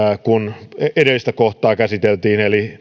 kun käsiteltiin edellistä kohtaa eli